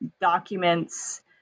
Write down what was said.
documents